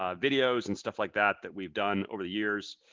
ah videos, and stuff like that that we've done over the years.